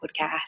podcast